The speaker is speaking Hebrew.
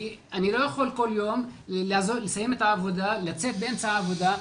כי אני לא יכול כל יום לצאת באמצע העבודה,